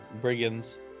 brigands